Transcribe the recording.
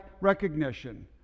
recognition